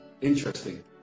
interesting